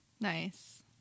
Nice